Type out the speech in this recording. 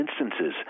instances